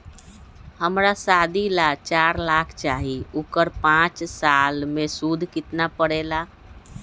हमरा शादी ला चार लाख चाहि उकर पाँच साल मे सूद कितना परेला?